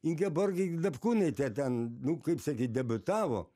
ingeborga ig dapkūnaitė ten nu kaip sakyt debiutavo